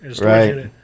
Right